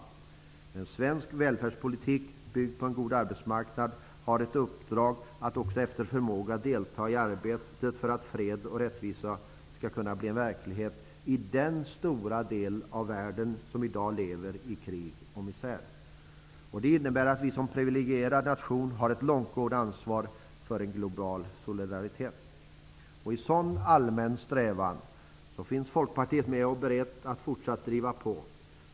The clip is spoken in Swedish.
Men svensk välfärdspolitik byggd på en god arbetsmarknad har ett uppdrag att också efter förmåga delta i arbetet för att fred och rättvisa skall kunna bli en verklighet i den stora del av världen som i dag lever i krig och misär. Det innebär att vi som privilegierad nation har ett långtgående ansvar för en global solidaritet. I en sådan allmän strävan finns Folkpartiet med, berett att fortsätta driva på.